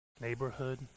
neighborhood